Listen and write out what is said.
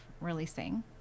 releasing